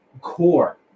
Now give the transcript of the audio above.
core